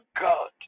God